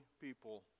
people